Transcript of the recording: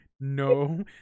no